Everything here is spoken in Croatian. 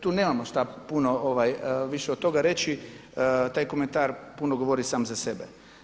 Tu nemamo šta puno više od toga reći, taj komentar puno govori sam za sebe.